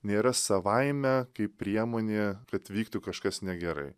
nėra savaime kaip priemonė kad vyktų kažkas negerai